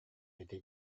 этэ